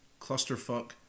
clusterfuck